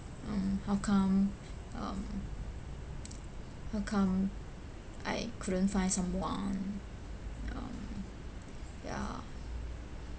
um how come um how come I couldn't find someone um ya